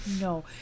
No